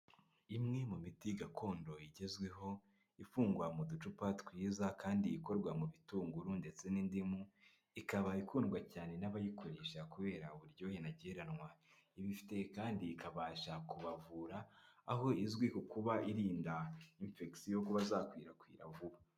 Imwe mu miti gakondo igezweho, ifungwa mu ducupa twiza kandi ikorwa mu bitunguru ndetse n'indimu, ikaba ikundwa cyane n'abayikoresha kubera uburyohe ntagereranywa iba ifite kandi ikabasha kubavura, aho izwiho kuba irinda imfekisiyo ko bazakwirakwira vuba.